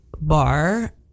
bar